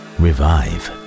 revive